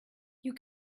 you